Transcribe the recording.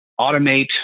automate